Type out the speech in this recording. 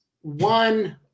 one